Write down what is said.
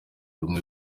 rumwe